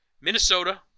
Minnesota